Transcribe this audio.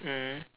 mm